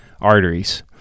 arteries